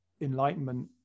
enlightenment